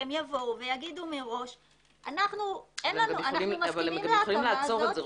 כי הם יגידו מראש- -- אבל הם גם יכולים לעצור את זה.